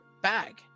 bag